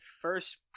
first